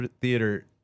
Theater